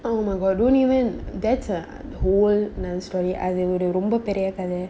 oh my god don't even that's a whole another story அது ஒரு ரொம்ப பெரிய கதை:athu oru romba periya kathai